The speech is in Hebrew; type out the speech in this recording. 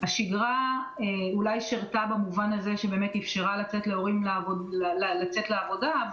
השגרה אולי שרתה אפשרה להורים לצאת לעבודה,